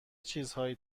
چیزهایی